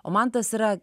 o mantas yra